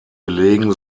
belegen